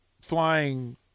flying